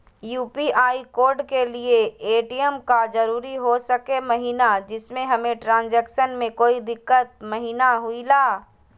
UPI code के लिए ATM का जरूरी हो सके महिना जिससे हमें ट्रांजैक्शन में कोई दिक्कत महिना हुई ला?